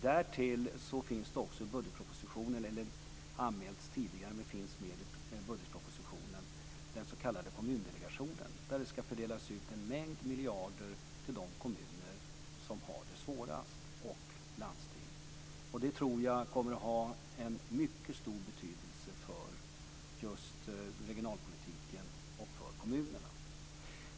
Därtill finns det också med i budgetpropositionen - det har anmälts tidigare men finns med i budgetpropositionen - den s.k. kommundelegationen, där det ska fördelas ut en mängd miljarder till de kommuner som har det svårast och till landsting. Det tror jag kommer att ha en mycket stor betydelse för just regionalpolitiken och för kommunerna.